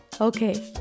Okay